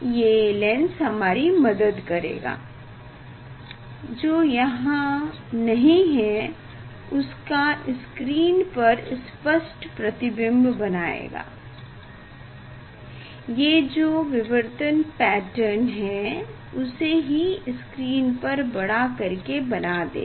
ये लेंस हमारी मदद करेगा जो यहाँ नहीं है उसका स्क्रीन पर स्पष्ट प्रतिबिंब बनाएगा ये जो विवर्तन पेटर्न है उसे ही स्क्रीन पर बड़ा कर के बना देगा